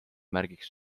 märgiks